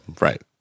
Right